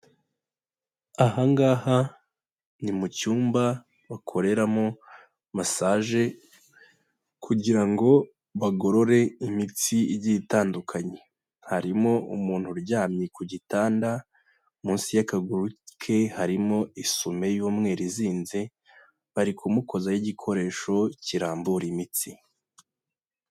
Aha ngaha ni mu cyumba bakoreramo masage kugira ngo bagorore imitsi igiye itandukanye harimo umuntu uryamye ku gitanda munsi y'akaguru ke harimo isume y'umweru izinze bari kumukozaho igikoresho kirambura imitsi.